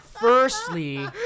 Firstly